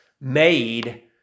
made